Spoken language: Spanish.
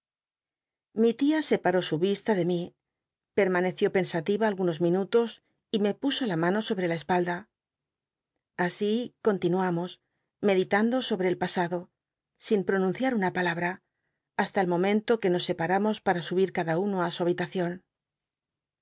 mi tia separó su vista de íní permaneció pensativa algunos minutos y me puso la mano sobre la espalda así continuamos meditando sobre el pasado sin pronunciar una palabra hasta el momento que nos se laramos para subir cada uno su habitacion